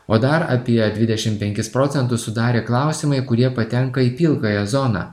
o dar apie dvidešimt penkis procentus sudarė klausimai kurie patenka į pilkąją zoną